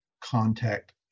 contact